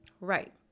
right